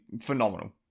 phenomenal